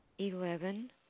Eleven